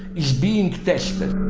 is being tested.